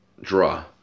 Draw